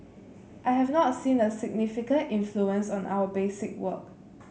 I have not seen a significant influence on our basic work